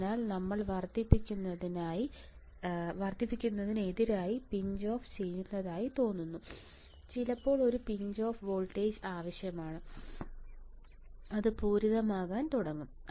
അതിനാൽ നമ്മൾ വർദ്ധിക്കുന്നതിന് എതിരായി പിഞ്ച് ഓഫ് ചെയ്യുന്നതായി തോന്നുന്നു ചിലപ്പോൾ ഒരു പിഞ്ച് ഓഫ് വോൾട്ടേജ് ആവശ്യമാണ് അത് പൂരിതമാകാൻ തുടങ്ങും